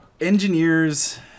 Engineers